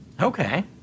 Okay